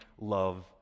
love